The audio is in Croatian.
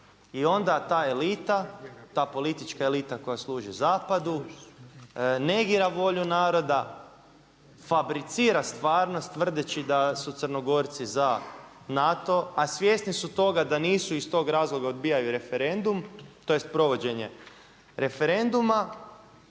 I onda ta elita ta politička elita koja služi zapadu negira volju naroda, fabricira stvarnost tvrdeći da su Crnogorci za NATO, a svjesni su toga da nisu iz tog razloga odbijaju referendum tj. provođenje referenduma